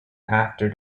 after